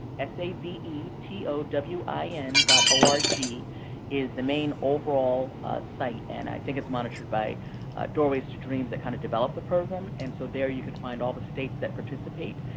s a v e t o w i n, dot ah org is the main overall site, and i think it's monitored by doorways to dreams that kind of developed the program. and so there you can find all the states that participate,